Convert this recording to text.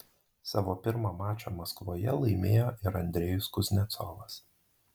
savo pirmą mačą maskvoje laimėjo ir andrejus kuznecovas